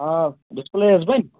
آ ڈِسپٕلیے حظ بَنہِ